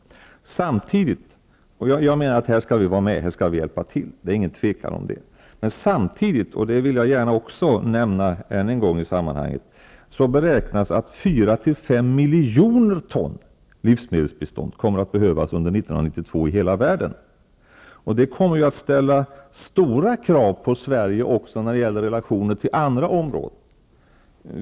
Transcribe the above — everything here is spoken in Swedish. Samtidigt, och här skall vi hjälpa till, beräknas att 4--5 milj. ton livsmedelsbistånd kommer att behövas i hela världen under 1992, vilket kommer att ställa stora krav på Sverige även när det gäller andra områden.